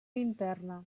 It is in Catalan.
interna